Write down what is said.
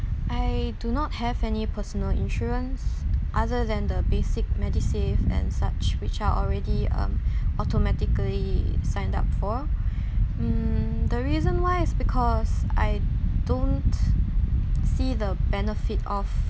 I do not have any personal insurance other than the basic medisave and such which are already um automatically signed up for hmm the reason why is because I don't see the benefit of